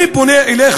אני פונה אליך,